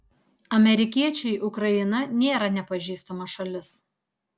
amerikiečiui ukraina nėra nepažįstama šalis